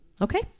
Okay